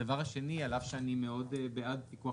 דבר שני, על אף שאני מאוד בעד פיקוח